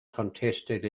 contested